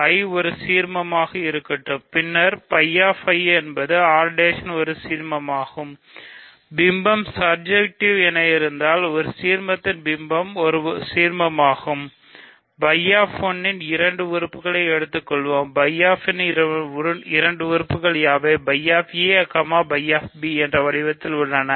I ஒரு சீர்மமாக இருக்கட்டும் பின்னர் φ என்ற வடிவத்தில் உள்ளன